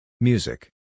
music